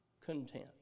content